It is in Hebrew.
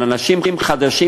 אבל אנשים חדשים,